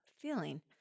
feeling